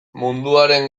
munduaren